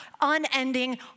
unending